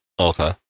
Okay